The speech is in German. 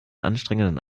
anstrengenden